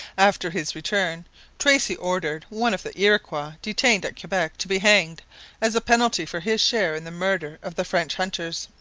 after his return tracy ordered one of the iroquois detained at quebec to be hanged as a penalty for his share in the murder of the french hunters.